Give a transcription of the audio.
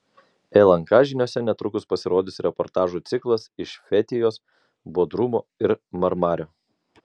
lnk žiniose netrukus pasirodys reportažų ciklas iš fetijos bodrumo ir marmario